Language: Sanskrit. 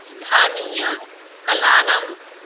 स्थानीयकलानां